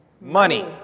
Money